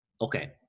Okay